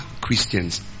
Christians